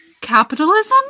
capitalism